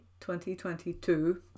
2022